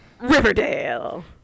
Riverdale